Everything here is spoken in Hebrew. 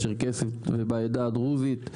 הצ'רקסית ובעדה הדרוזית.